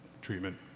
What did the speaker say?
treatment